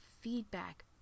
feedback